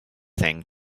thing